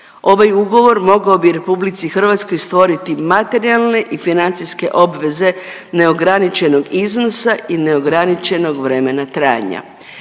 ovaj ugovor mogao bi RH stvoriti materijalne i financijske obveze neograničenog iznosa i neograničenog vremena trajanja.